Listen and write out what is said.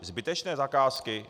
Zbytečné zakázky?